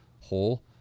whole